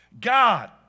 God